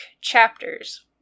chapters